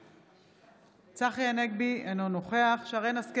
בעד צחי הנגבי, אינו נוכח שרן מרים השכל,